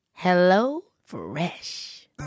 HelloFresh